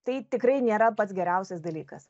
tai tikrai nėra pats geriausias dalykas